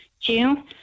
June